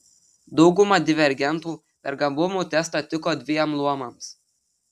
dauguma divergentų per gabumų testą tiko dviem luomams